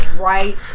Right